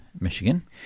Michigan